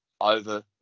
over